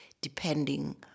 depending